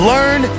Learn